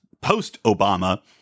post-Obama